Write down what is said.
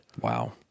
Wow